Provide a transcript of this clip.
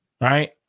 Right